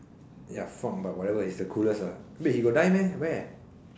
ya fuck but whatever he's the coolest lah wait he got die meh where